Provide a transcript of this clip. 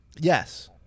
Yes